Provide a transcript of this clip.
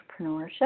entrepreneurship